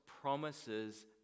promises